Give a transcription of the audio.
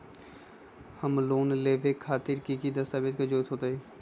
Home loan लेबे खातिर की की दस्तावेज के जरूरत होतई?